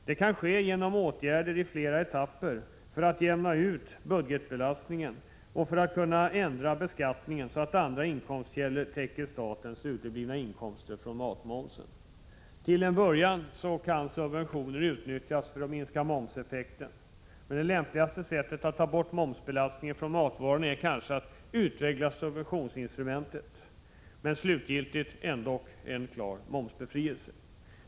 Det kan ske genom åtgärder i flera etapper för att jämna ut belastningen på budgeten och för att kunna ändra beskattningen, så att andra inkomstkällor täcker statens uteblivna inkomster från matmomsen. Till en början kan subventioner utnyttjas för att minska momseffekten. Det lämpligaste sättet att ta bort momsbelastningen från matvarorna är kanske att utveckla subventionsinstrumentet, men slutgiltigt är ändå målet en klar momsbefrielse.